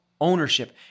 ownership